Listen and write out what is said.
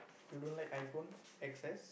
you don't like iPhone X_S